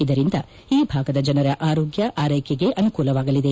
ಇದರಿಂದ ಈ ಭಾಗದ ಜನರ ಆರೋಗ್ಯ ಆರ್ಯೆಕೆಗೆ ಅನುಕೂಲವಾಗಲಿದೆ